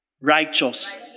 righteous